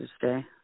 Tuesday